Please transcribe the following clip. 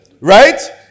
right